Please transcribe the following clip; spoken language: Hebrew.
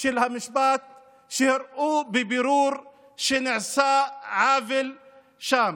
של המשפט שהראו בבירור שנעשה עוול שם.